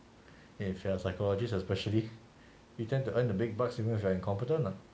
if you are a psychologist especially we tend to earn the big bucks even if you are incompetent lah